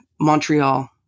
Montreal